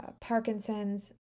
Parkinson's